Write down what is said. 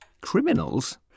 Criminals